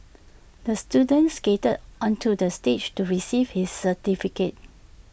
the student skated onto the stage to receive his certificate